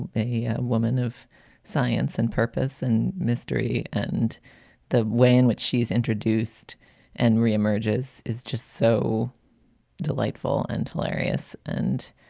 yeah woman of science and purpose and mystery and the way in which she is introduced and re-emerges is just so delightful and hilarious. and